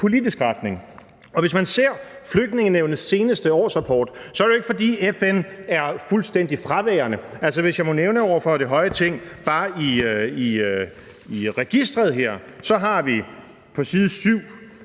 politisk retning. I Flygtningenævnet seneste årsrapport er det jo ikke, fordi FN er fuldstændig fraværende. Hvis jeg må nævne over for det høje Ting, har vi bare registeret her på side 7,